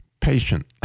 Patient